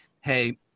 hey